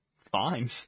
fine